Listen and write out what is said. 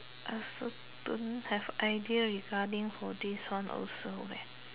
I also don't have idea regarding for this one also leh